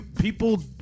people